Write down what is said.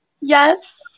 Yes